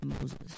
Moses